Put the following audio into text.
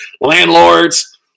landlords